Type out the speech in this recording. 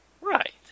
Right